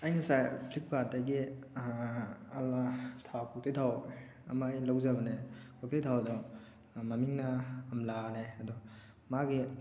ꯑꯩ ꯉꯁꯥꯏ ꯐ꯭ꯂꯤꯞ ꯀꯥꯔꯠꯇꯒꯤ ꯊꯥꯎ ꯀꯣꯛꯇꯩ ꯊꯥꯎ ꯑꯃ ꯑꯩ ꯂꯧꯖꯕꯅꯦ ꯀꯣꯛꯇꯩ ꯊꯥꯎꯗꯣ ꯃꯃꯤꯡꯅ ꯑꯝꯂꯥꯅꯦ ꯑꯗꯣ ꯃꯥꯒꯤ